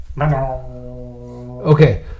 Okay